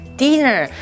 dinner